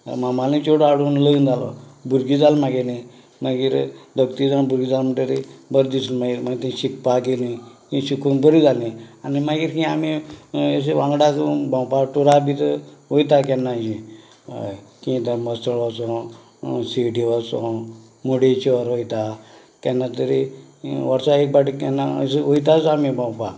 मामालें चेडूं हाडून लगीन जालो भुरगें जाल म्हागेलें मागीर दोग तीग जाण भुरगीं जाल म्हणटरी बर दिसलें मागीर मागीर तें शिकपा गेलें शिकून बर जालें आनी मागीर ती आमी अशीं वांगडा बी भोंवपा टुरा बी वयताय केन्नाय हय मुर्डेश्वर शिरडी वचप मुरडेश्वर वयता केन्ना तरी वर्सा एक फावटी केन्ना अशें वयताच आमी भोंवपाक